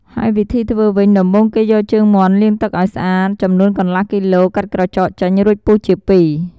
ហើយវិធីធ្វើវិញ ដំបូងគេយកជើងមាន់លាងទឹកឱ្យស្អាតចំនួនកន្លះគីឡូ កាត់ក្រចកចេញ រួចពុះជាពីរ។